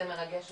זה מרגש אותי,